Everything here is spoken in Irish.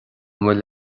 bhfuil